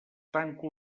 tanco